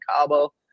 Cabo